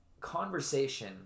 conversation